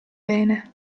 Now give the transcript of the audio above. bene